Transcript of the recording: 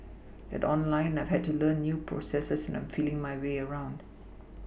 at online I have to learn new processes and am feeling my way around